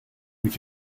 moet